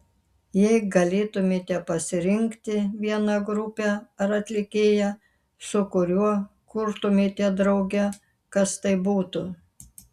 jei galėtumėte pasirinkti vieną grupę ar atlikėją su kuriuo kurtumėte drauge kas tai būtų